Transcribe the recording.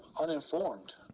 uninformed